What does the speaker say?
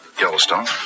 Yellowstone